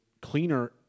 cleaner